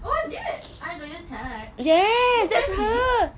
oh dia I know your type dia nyanyi